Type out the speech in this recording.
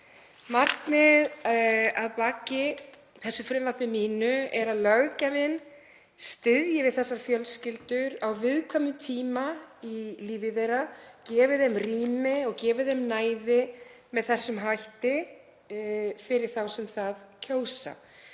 Markmiðið að baki þessu frumvarpi mínu er að löggjafinn styðji við þessar fjölskyldur á viðkvæmum tíma í lífi þeirra, gefi þeim rými og gefi þeim næði með þessum hætti fyrir þá sem það kjósa